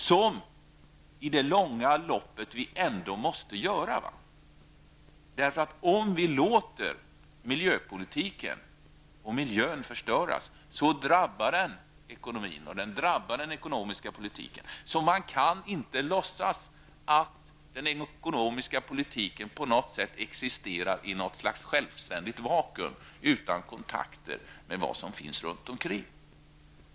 Vi måste ändå i det långa loppet göra detta. Om vi låter miljöpolitiken och miljön förstöras drabbas ekonomin och den ekonomiska politiken. Man kan inte låtsas att den ekonomiska politiken existerar i ett slags vakuum utan kontakt med det som finns runt omkring.